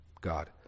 God